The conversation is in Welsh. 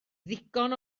ddigon